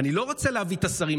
אני לא רוצה סתם להביא לפה את השרים,